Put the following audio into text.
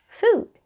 food